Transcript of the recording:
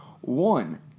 One